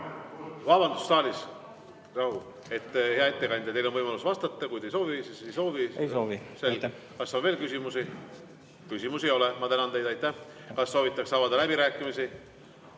Vabandust, rahu saalis! Hea ettekandja, teil on võimalus vastata. Kui ei soovi, siis ei soovi. Ei soovi. Selge. Kas on veel küsimusi? Küsimusi ei ole. Ma tänan teid, aitäh! Kas soovitakse avada läbirääkimisi?